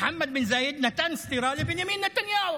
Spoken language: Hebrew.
מוחמד בן זאיד נתן סטירה לבנימין נתניהו.